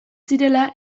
zirela